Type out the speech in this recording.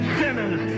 sinners